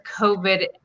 COVID